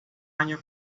año